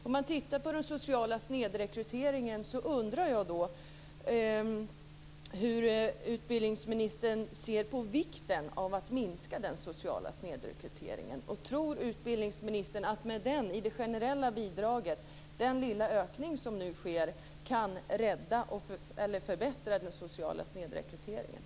Om man tittar på den sociala snedrekryteringen undrar jag hur utbildningsministern ser på vikten av att minska den. Tror utbildningsministern att man med den lilla ökning som nu sker av det generella bidraget kan minska den sociala snedrekryteringen?